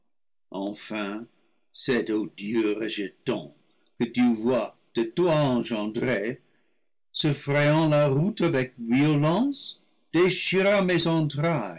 cet odieux rejeton que tu vois de toi engendré se frayant la route avec violence